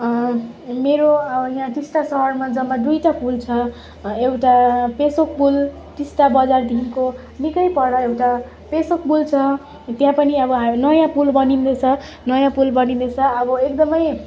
मेरो यहाँ टिस्टा सहरमा जम्मा दुइवटा पुल छ एउटा पेसोक पुल टिस्टा बजारदेखिको निकै पर एउटा पेसोक पुल छ त्यहाँ पनि अब नयाँ पुल बनिँदैछ नयाँ पुल बनिँदैछ अब एकदम अब दामी र